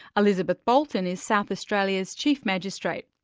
elizabeth bolton is south australia's chief magistrate.